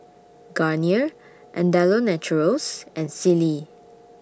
Garnier Andalou Naturals and Sealy